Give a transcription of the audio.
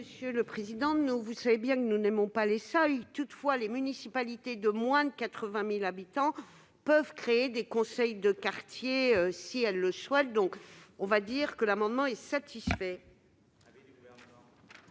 commission ? Vous savez bien que nous n'aimons pas les seuils. Toutefois, les municipalités de moins de 80 000 habitants peuvent créer des conseils de quartier si elles le souhaitent. Nous pouvons donc considérer que l'amendement est satisfait.